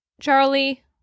Charlie